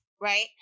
right